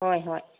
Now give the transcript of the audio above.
ꯍꯣꯏ ꯍꯣꯏ